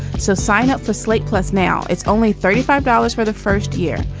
so sign up for slate plus now it's only thirty five dollars for the first year.